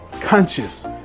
conscious